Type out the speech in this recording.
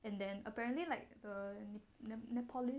and then apparently like the the nepalese